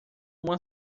uma